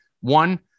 One